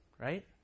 right